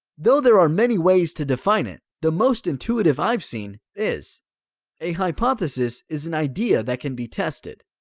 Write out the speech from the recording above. though there are many ways to define it, the most intuitive i've seen is a hypothesis is an idea that can be tested.